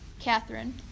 Catherine